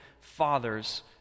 fathers